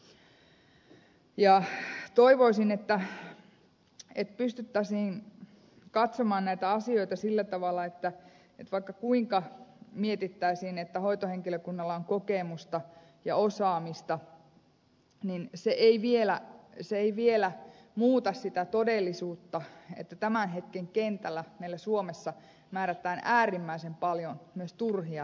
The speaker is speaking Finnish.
toivoisin että pystyttäisiin katsomaan näitä asioita sillä tavalla että vaikka kuinka mietittäisiin että hoitohenkilökunnalla on kokemusta ja osaamista niin se ei vielä muuta sitä todellisuutta että tämän hetken kentällä meillä suomessa määrätään äärimmäisen paljon myös turhia lääkkeitä